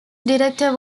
director